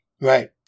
Right